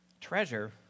Treasure